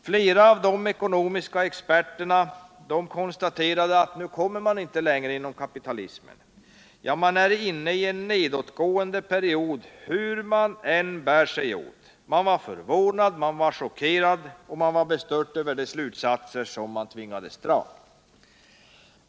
Flera av de ekonomiska experterna konstaterade att man nu inte kommer längre inom kapitalismen, att man är inne i en nedåtgående period, hur man än bär sig åt. De var förvånade, chockerade och bestörta över de slutsatser som de tvingades dra.